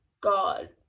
God